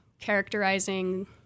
characterizing